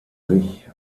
sich